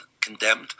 condemned